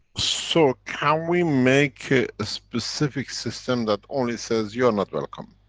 so can we make a specific system that only says, you're not welcome?